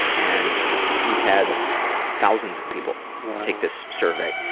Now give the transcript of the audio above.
and we've had thousands of people take this survey.